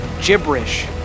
Gibberish